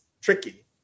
tricky